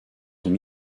sont